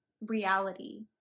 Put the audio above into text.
reality